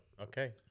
Okay